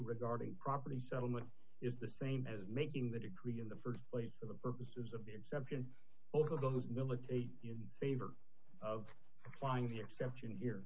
regarding property settlement is the same as making the decree in the st place for the purposes of the exception of those militate in favor of applying the exception here